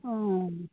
অঁ